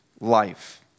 life